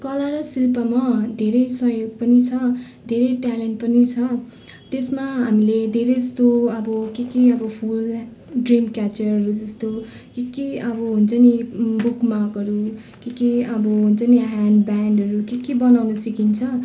कला र शिल्पमा धेरै सहयोग पनि छ धेरै ट्यालेन्ट पनि छ त्यसमा हामीले धेरै जस्तो अब के के अब फुल ब्रेन क्याचरहरू जस्तो के के अब हुन्छ नि बुकमार्कहरू के के अब हुन्छ नि ह्यान्ड ब्यान्डहरू के के बनाउनु सिकिन्छ